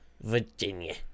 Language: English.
Virginia